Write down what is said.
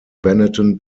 benetton